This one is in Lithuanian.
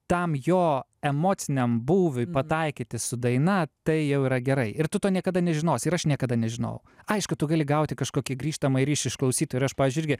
tam jo emociniam būviui pataikyti su daina tai jau yra gerai ir tu to niekada nežinosi ir aš niekada nežinau aišku tu gali gauti kažkokį grįžtamąjį ryšį iš klausytojų ir aš pavyzdžiui irgi